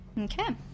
Okay